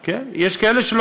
אלה שלא, כן, יש כאלה שלא